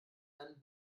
einen